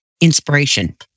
inspiration